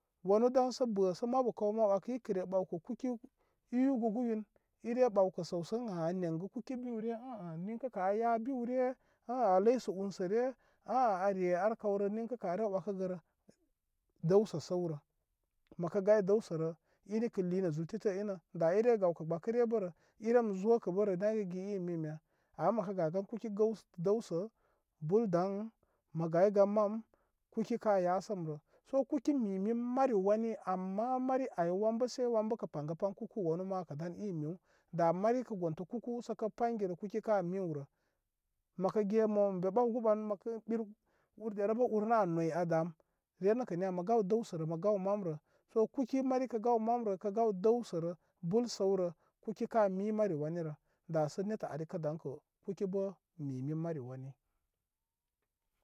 Wan udaysə bə ma wəkə mabu kaw ikə re ɓawkə kuki i yugugu yun ire ɓawkə səw sə ən a i neŋgə kuki riwre aa niykə kə aya diwre aa aləy sə unsəre ninkə kə an resə arkawrə ninkə kə arew wəkəgərə dəwsə səwrə məkə gay dəwsərə inə kə liy nə zul tetə inəda ire gawkə gbəkə re bərə irem zokə bərə dan igi ingiya ama məkə gagan kuki dəwsə bul daŋ mə gay gan mam kukə ka yasənnə so kuki mi min mari wani ama mari ay wanbə se wanbə kə pangə pay kuku wanu ma dayi miw da mari kə gontə kuku sə pangirə kuki ka miwrə məkə ge mən mə ɓawgu ɓan ɓir ur derə nə urnə an noyan dam re nəkə niya mə gaw dəwsərə mə gaw mamrə so kuki mari kə gaw mamrə kə gaw dəwsərə bul səwrə kuki ka mi mari wanirə da sə nettə arikə daykə kuki bə mi min mari wani.